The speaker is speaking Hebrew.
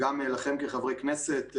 לכם כחברי כנסת,